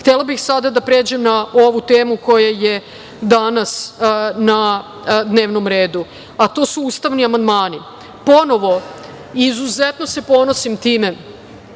dana. Htela bih sada da pređem na ovu temu koja je danas na dnevnom redu, a to su ustavni amandmani. Ponovo, izuzetno se ponosim time,